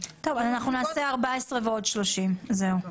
טוב, אז נקבע 14 ועוד 30. זהו.